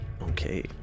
Okay